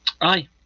Aye